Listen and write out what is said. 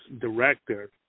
director